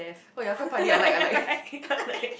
oh you're quite punny I like I like I like